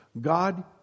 God